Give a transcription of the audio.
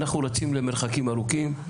אנחנו רצים למרחקים ארוכים,